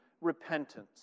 repentance